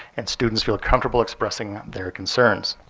and students feel comfortable expressing their concerns.